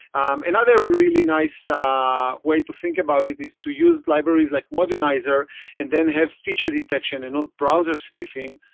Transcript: another really nice ah way to think about it is to use libraries like modernizer and then have feature detection and not browser sniffing,